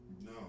No